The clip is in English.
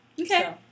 Okay